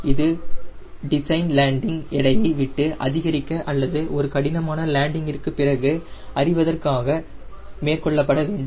இது design landing எடையை விட்டு அதிகரிக்க அல்லது ஒரு கடினமான லேண்டிங் ற்க்கு பிறகு அறிவதற்காக மேற்கொள்ளப்பட வேண்டும்